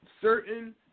certain